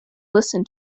listen